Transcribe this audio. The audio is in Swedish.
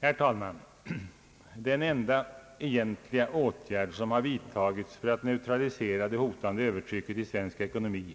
Herr talman! Den enda egentliga åtgärd som har vidtagits för att neutralisera det hotande övertrycket i svensk ekonomi